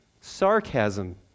sarcasm